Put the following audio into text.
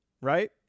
right